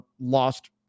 lost